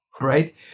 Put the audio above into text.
right